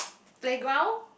playground